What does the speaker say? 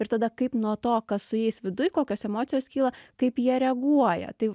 ir tada kaip nuo to kas su jais viduj kokios emocijos kyla kaip jie reaguoja tai